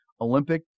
Olympic